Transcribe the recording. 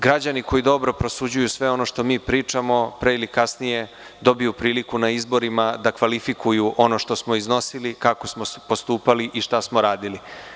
Građani koji dobro prosuđuju sve ono što pričamo pre ili kasnije dobiju priliku na izborima da kvalifikuju ono što smo iznosili, kako smo postupali i šta smo radili.